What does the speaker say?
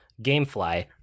gamefly